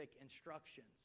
instructions